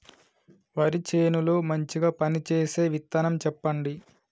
వరి చేను లో మంచిగా పనిచేసే విత్తనం చెప్పండి?